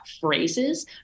phrases